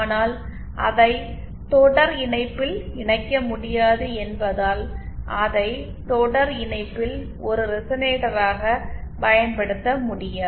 ஆனால் அதை தொடர்இணைப்பில் இணைக்க முடியாது என்பதால் அதை தொடர் இணைப்பில் ஒரு ரெசனேட்டராகப் பயன்படுத்த முடியாது